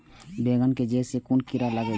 बेंगन के जेड़ में कुन कीरा लागे छै?